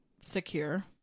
secure